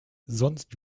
sonst